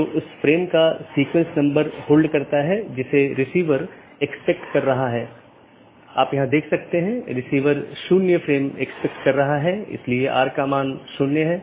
जब एक BGP स्पीकरों को एक IBGP सहकर्मी से एक राउटर अपडेट प्राप्त होता है तो प्राप्त स्पीकर बाहरी साथियों को अपडेट करने के लिए EBGP का उपयोग करता है